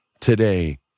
today